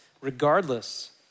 regardless